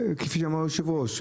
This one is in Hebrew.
כפי שאמר היושב-ראש,